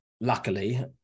luckily